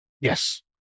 Yes